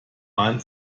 man